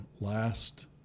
last